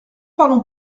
parlons